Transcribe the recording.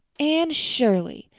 anne shirley,